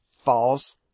False